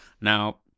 Now